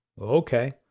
Okay